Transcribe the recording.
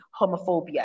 homophobia